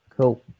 Cool